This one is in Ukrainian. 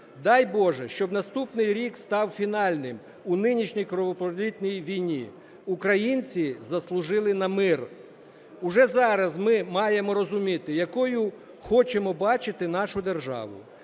Дай боже, щоб наступний рік став фінальним у нинішній кровопролитній війни. Українці заслужили на мир. Уже зараз ми маємо розуміти, якою хочемо бачити нашу державу.